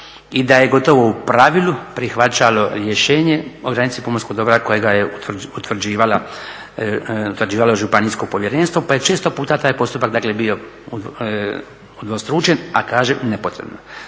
i da je gotovo u pravilu prihvaćalo rješenje o granici pomorskog dobra kojega je utvrđivalo županijsko povjerenstvo pa je često puta taj postupak dakle bio udvostručen, a kažem nepotrebno.